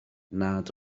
nad